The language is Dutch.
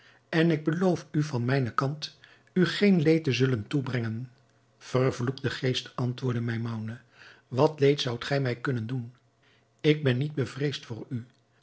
en ik beloof u van mijnen kant u geen leed te zullen toebrengen vervloekte geest antwoordde maimoune wat leed zoudt gij mij kunnen doen ik ben niet bevreesd voor u